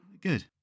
Good